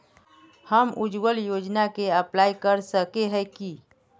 हम उज्वल योजना के अप्लाई कर सके है की?